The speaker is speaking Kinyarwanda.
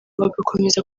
bagakomeza